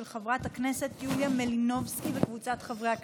של חברת הכנסת יוליה מלינובסקי וקבוצת חברי הכנסת.